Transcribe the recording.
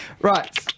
Right